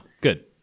good